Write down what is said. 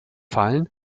fallen